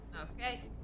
Okay